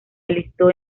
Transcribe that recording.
alistó